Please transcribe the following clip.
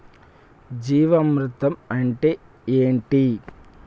జీవామృతం అంటే ఏంటి?